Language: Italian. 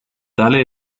tale